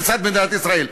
לצד מדינת ישראל.